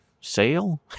sale